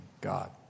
God